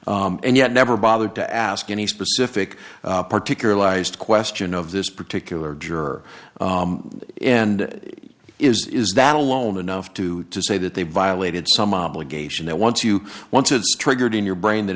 used and yet never bothered to ask any specific particular lies question of this particular juror and is that alone enough to to say that they violated some obligation that once you once it's triggered in your brain that